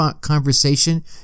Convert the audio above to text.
conversation